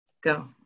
Go